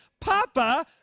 Papa